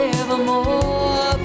evermore